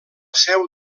seu